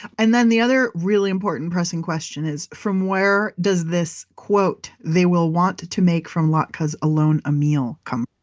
and then the other really important pressing question is, from where does this quote, they will want to to make from latkes alone a meal, come